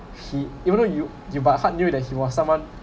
he even though you you by heart knew that he was someone